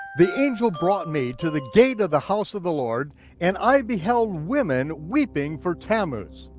the angel brought me to the gate of the house of the lord and i beheld women weeping for tammuz.